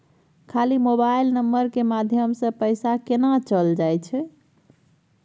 खाली mobile number के माध्यम से पैसा केना चल जायछै?